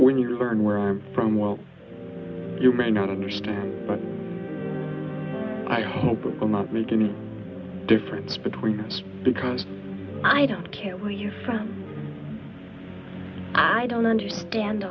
when you learn where i'm from well you may not understand i hope it will not make any difference between just because i don't care where you from i don't understand